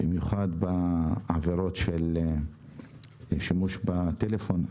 במיוחד בעבירות של שימוש בטלפון.